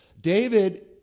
David